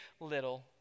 little